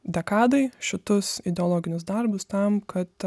dekadai šitus ideologinius darbus tam kad